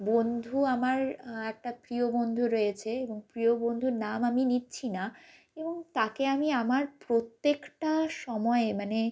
বন্ধু আমার একটা প্রিয় বন্ধু রয়েছে এবং প্রিয় বন্ধুর নাম আমি নিচ্ছি না এবং তাকে আমি আমার প্রত্যেকটা সময়ে মানে